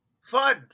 Fun